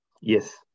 Yes